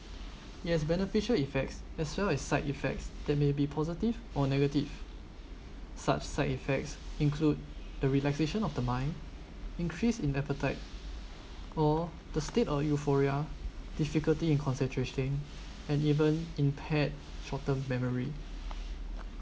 yes beneficial effects as well as side effects that may be positive or negative such side effects include the realisation of the mind increase in appetite or the state of euphoria difficulty in concentrating and even impaired short term memory